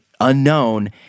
unknown